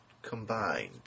Combined